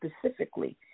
specifically